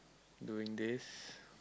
doing this